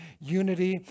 unity